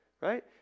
right